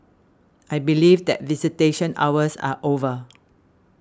I believe that visitation hours are over